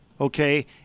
okay